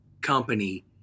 company